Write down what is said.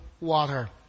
water